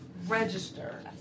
register